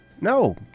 No